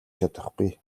чадахгүй